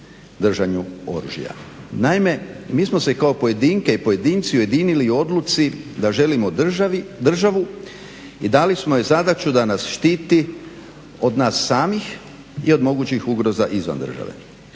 držanju oružja. Naime, mi smo se kao pojedinke i pojedinci ujedinili u odluci da želimo državu i dali smo joj zadaću da nas štiti od nas samih i od mogućih ugroza izvan države.